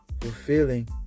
fulfilling